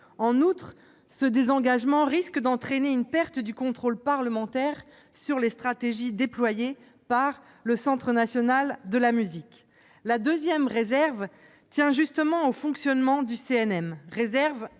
En outre, ce désengagement risque d'entraîner une perte du contrôle parlementaire sur les stratégies déployées par le Centre national de la musique. La deuxième réserve tient justement au fonctionnement du CNM, réserve